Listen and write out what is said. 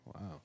Wow